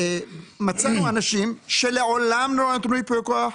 מצאנו אנשים שלעולם לא נתנו ייפוי כוח,